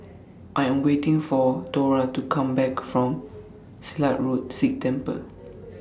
I Am waiting For Thora to Come Back from Silat Road Sikh Temple